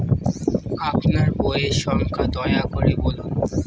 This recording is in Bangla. আপনার বইয়ের সংখ্যা দয়া করে বলুন?